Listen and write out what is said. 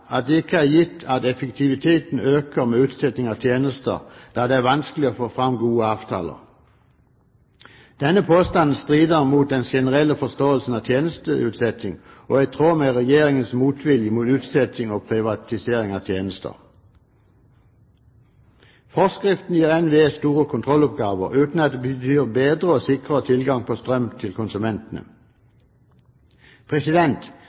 at det ikke er gitt at effektiviteten øker med utsetting av tjenester, da det er vanskelig å få fram gode avtaler. Denne påstanden strider mot den generelle forståelsen av tjenesteutsetting, og er i tråd med Regjeringens motvilje mot utsetting og privatisering av tjenester. Forkskriften gir NVE store kontrolloppgaver, uten at det betyr bedre og sikrere tilgang på strøm til konsumentene.